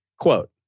Quote